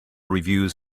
reviews